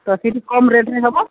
ତ ସେଠି କମ୍ ରେଟ୍ରେ ହେବ